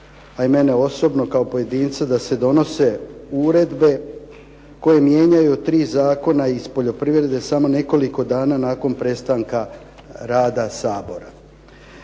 a i mene osobno kao pojedinca da se donose uredbe koje mijenjaju tri zakona iz poljoprivrede samo nekoliko dana nakon prestanka rada Sabora.